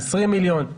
20 מיליון,